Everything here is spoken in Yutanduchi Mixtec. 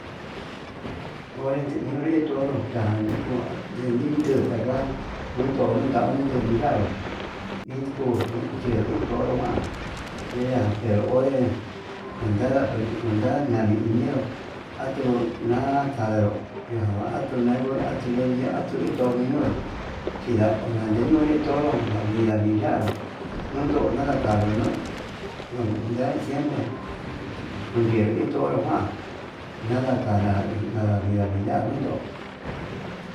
Onre nikunre toro yani ko'o yaninduta ka'a, nundu nunauni teni yanró ninchi kuu ninkunru ituu onroján, yeyan pero onré kuenta kuenta ñani iñenró atuu ña'a kandero ñia atuu neguo, atuu yenii iho atu ituu ñeñonro chinrá unandiñore toro, ndavi ndavi yanró nundo nanda kanduno ndunda siempre, dindukyenro iin ndoro kuan, nanda kana nada iin ndia nundo.